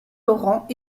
laurent